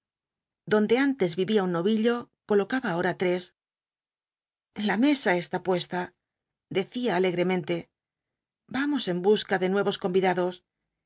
donde antes vivía un novillo colocaba ahora tres la mesa está puesta decía alegremente vamos en busca de nuevos convidados